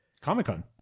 Comic-Con